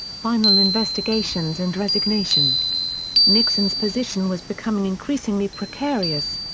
final investigations and resignation nixon's position was becoming increasingly precarious.